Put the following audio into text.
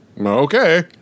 okay